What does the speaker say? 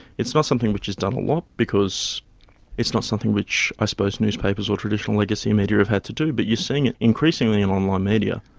it's not something which is done a lot because it's not something which i suppose newspapers or traditional legacy media have had to do, but you're seeing it increasingly on online media,